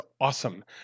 awesome